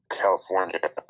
California